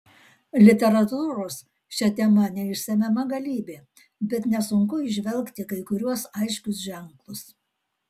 literatūros šia tema neišsemiama galybė bet nesunku įžvelgti kai kuriuos aiškius ženklus